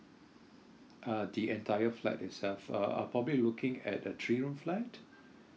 uh the entire flat itself uh I'll probably looking at a three room flat